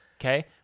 Okay